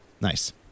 Nice